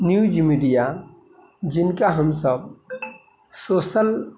news media जिनका हमसब social